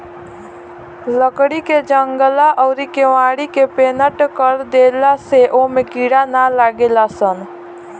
लकड़ी के जंगला अउरी केवाड़ी के पेंनट कर देला से ओमे कीड़ा ना लागेलसन